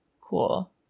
cool